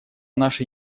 наши